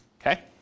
okay